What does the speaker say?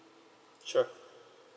sure